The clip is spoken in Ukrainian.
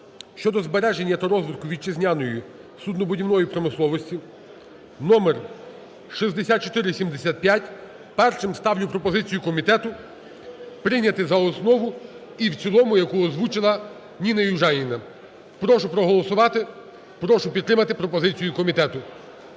(щодо збереження та розвитку вітчизняної суднобудівної промисловості) (номер 6475). Першою ставлю пропозицію комітету прийняти за основу і в цілому, яку озвучила Ніна Южаніна. Прошу проголосувати, прошу підтримати пропозицію комітету.